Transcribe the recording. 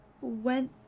went